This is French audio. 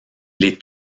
les